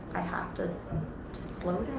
i have to just slow